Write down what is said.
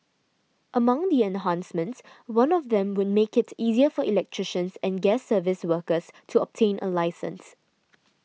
among the enhancements one of them would make it easier for electricians and gas service workers to obtain a licence